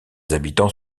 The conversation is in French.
habitants